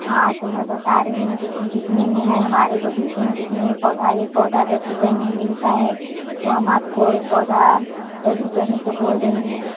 हाँ तो मैं बता रही हूँ जितने में हैं हमारे बगीचे में जितने पौधा एक पौधा दस रुपए में मिलता है वो हम आपको एक पौधा दस रुपए में तो बोल रही हूँ